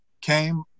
came